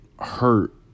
hurt